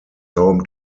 home